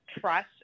trust